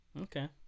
Okay